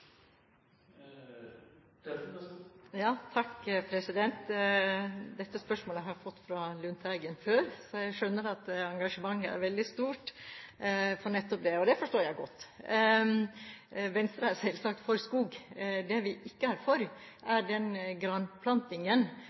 Dette spørsmålet har jeg fått fra Lundteigen før, så jeg skjønner at engasjementet er veldig stort for nettopp det – og det forstår jeg godt. Venstre er selvsagt for skog. Det vi ikke er for, er den